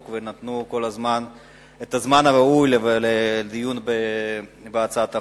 ונתנו את הזמן הראוי לדיון בהצעת החוק,